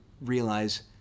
realize